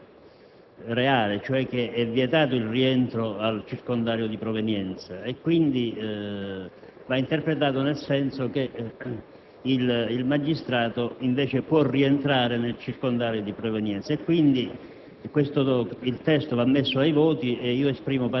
la sua interpretazione è quella reale, e cioè che è vietato il rientro al circondario di provenienza e quindi la disposizione va interpretata nel senso che il magistrato può invece rientrare nel circondario di provenienza.